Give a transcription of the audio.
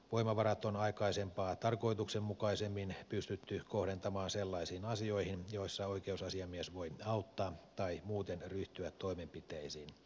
voimavarat on aikaisempaa tarkoituksenmukaisemmin pystytty kohdentamaan sellaisiin asioihin joissa oikeusasiamies voi auttaa tai muuten ryhtyä toimenpiteisiin